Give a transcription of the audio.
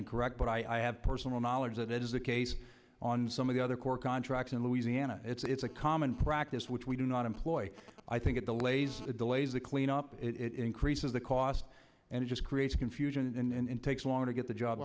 incorrect but i have personal knowledge that that is the case on some of the other core contracts in louisiana it's a common practice which we do not employ i think at the laser the delays the cleanup it increases the cost and it just creates confusion and takes longer to get the job